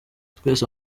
twese